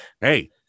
hey